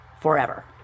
forever